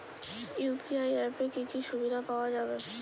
UPI অ্যাপে কি কি সুবিধা পাওয়া যাবে?